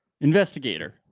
investigator